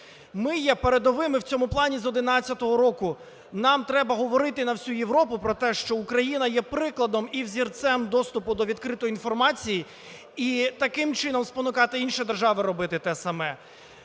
Ми є передовими в цьому плані з 11-го року. Нам треба говорити на всю Європу про те, що Україна є прикладом і взірцем доступу до відкритої інформації і таким чином спонукати інші держави робити те саме.